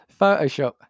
Photoshop